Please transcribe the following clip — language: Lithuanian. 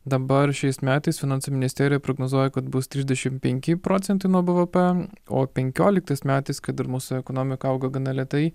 dabar šiais metais finansų ministerija prognozuoja kad bus trisdešim penki procentai nuo bvp o penkioliktais metais kai dar mūsų ekonomika augo gana lėtai